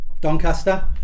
Doncaster